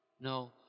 No